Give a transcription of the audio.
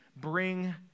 bring